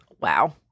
Wow